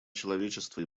человечества